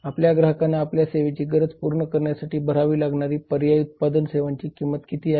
आपल्या ग्राहकांना आपल्या सेवेची गरज पूर्ण करण्यासाठी भरावी लागणारी पर्यायी उत्पादन सेवांची किती किंमत आहे